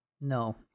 No